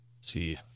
see